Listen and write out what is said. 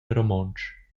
romontsch